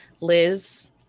Liz